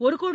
ஒரு கோடி